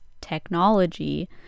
technology